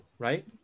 Right